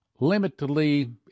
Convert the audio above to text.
limitedly